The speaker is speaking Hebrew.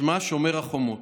שמה "שומר החומות".